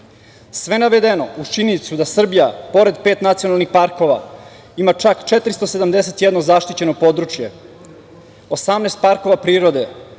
Sve navedeno, uz činjenicu da Srbija, pored pet nacionalnih parkova, ima čak 471 zaštićeno područje, 18 parkova prirode,